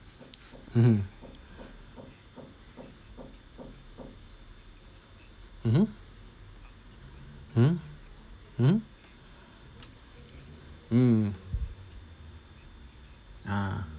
mmhmm mmhmm hmm hmm hmm ah